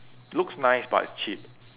looks nice but it's cheap